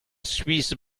suisse